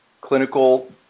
Clinical